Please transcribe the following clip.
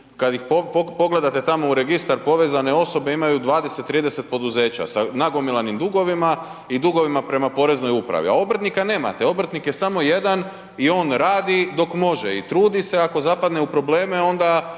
kada ih pogledate tamo u registar povezane osobe imaju 20, 30 poduzeća sa nagomilanim dugovima i dugovima prema Poreznoj upravi. A obrtnika nemate, obrtnik je samo jedan i on radi dok može i trudi se, ako zapadne u probleme onda